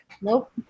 Nope